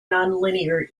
nonlinear